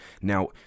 Now